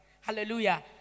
Hallelujah